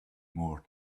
more